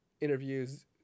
interviews